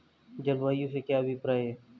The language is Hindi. जलवायु से क्या अभिप्राय है?